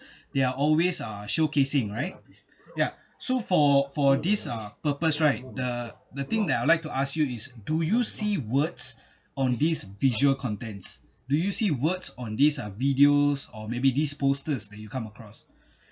there are always ah showcasing right ya so for for this uh purpose right the the thing that I'd like to ask you is do you see words on this visual contents do you see words on this uh videos or maybe these posters that you come across